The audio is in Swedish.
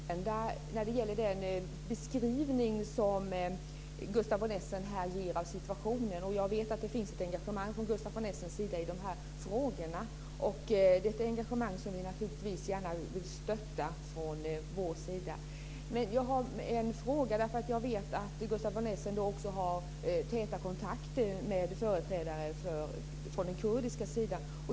Fru talman! Jag har inget i sak att invända mot när det gäller den beskrivning som Gustaf von Essen ger av situationen. Jag vet att det finns ett engagemang från Gustaf von Essens sida i de här frågorna, och det är ett engagemang som vi naturligtvis gärna vill stötta från vår sida. Men jag har en fråga eftersom jag vet att Gustaf von Essen också har täta kontakter med företrädare för den kurdiska sidan.